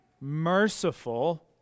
merciful